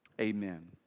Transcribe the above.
amen